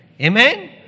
Amen